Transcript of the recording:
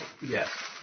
Yes